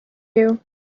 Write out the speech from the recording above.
you